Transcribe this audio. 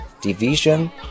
division